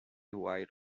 while